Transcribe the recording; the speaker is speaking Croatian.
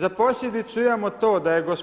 Za posljedicu imamo to da je g.